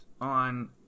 on